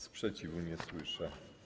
Sprzeciwu nie słyszę.